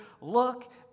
Look